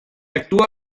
actua